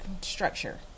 structure